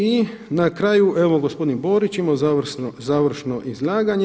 I na kraju evo gospodin Borić je imao završno izlaganje.